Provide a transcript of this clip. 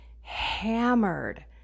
hammered